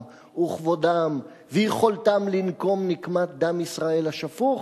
וכבודם ויכולתם לנקום נקמת דם ישראל השפוך?